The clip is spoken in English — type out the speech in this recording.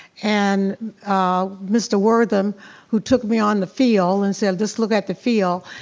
and mr. wortham who took me on the field and said, just look at the field,